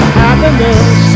happiness